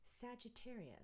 Sagittarius